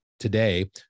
Today